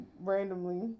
randomly